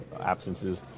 absences